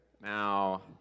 Now